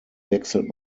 wechselt